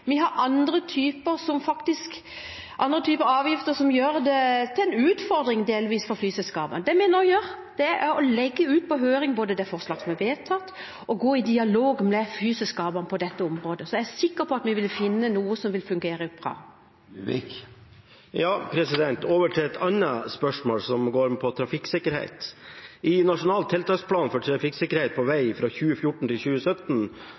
Vi har andre typer avgifter som gjør det delvis til en utfordring for flyselskapene. Det vi nå gjør, er å sende på høring det forslaget som er vedtatt, og gå i dialog med flyselskapene på dette området. Jeg er sikker på at vi vil finne noe som vil fungere bra. Over til et annet spørsmål, som går på trafikksikkerhet. I nasjonal tiltaksplan for trafikksikkerhet på